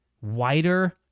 wider